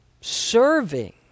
serving